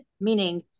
meaning